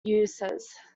uses